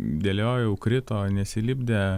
dėliojau krito nesilipdė